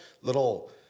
little